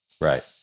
Right